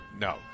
No